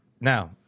Now